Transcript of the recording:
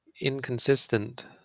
inconsistent